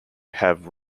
have